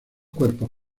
cuerpos